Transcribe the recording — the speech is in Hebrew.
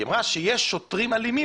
היא אמרה שיש שוטרים אלימים,